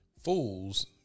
Fools